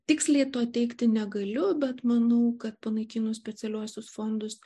tiksliai to teigti negaliu bet manau kad panaikinus specialiuosius fondus